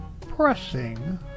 pressing